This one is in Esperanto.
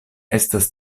estas